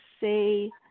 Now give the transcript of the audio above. say